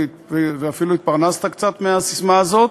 ואפילו התפרנסת קצת מהססמה הזאת,